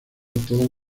todas